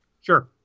Sure